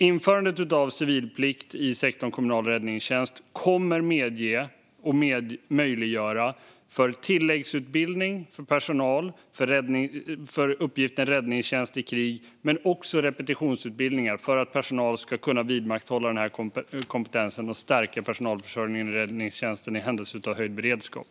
Införandet av civilplikt i sektorn kommunal räddningstjänst kommer att medge och möjliggöra för tilläggsutbildning av personal för uppgiften räddningstjänst i krig och också repetitionsutbildningar för att personal ska kunna vidmakthålla kompetensen och stärka personalförsörjningen i räddningstjänsten i händelse av höjd beredskap.